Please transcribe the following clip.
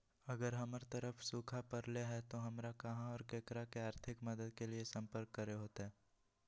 अगर हमर तरफ सुखा परले है तो, हमरा कहा और ककरा से आर्थिक मदद के लिए सम्पर्क करे होतय?